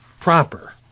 proper